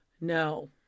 No